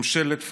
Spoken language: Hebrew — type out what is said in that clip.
ממשלת פארסה,